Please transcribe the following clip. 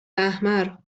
احمر